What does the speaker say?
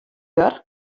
der